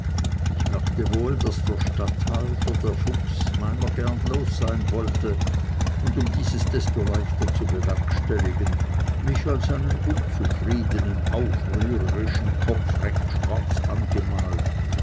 ich merkte wohl daß der statthalter der fuchs meiner gern los sein wollte und um dieses desto leichter zu bewerkstelligen mich als einen unzufriedenen aufrührerischen kopf recht schwarz angemalt